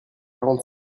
quarante